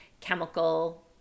chemical